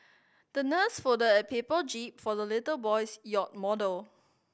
the nurse folded a paper jib for the little boy's yacht model